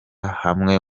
hamwe